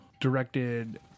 directed